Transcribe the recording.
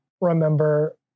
remember